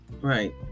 Right